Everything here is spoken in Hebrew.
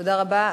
תודה רבה.